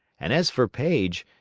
and as for paige,